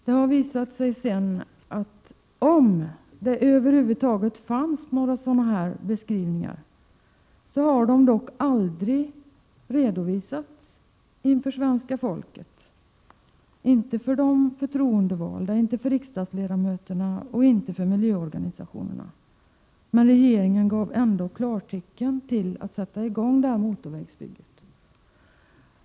Det har sedan visat sig att dessa beskrivningar, om det över huvud taget har funnits några sådana, dock aldrig har redovisats inför svenska folket, inför de förtroendevalda, inför riksdagsledamöterna eller inför miljöorganisationerna. Men regeringen gav ändå klartecken till att sätta i gång motorvägsbygget.